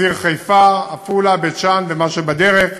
ציר חיפה עפולה בית-שאן, ומה שבדרך,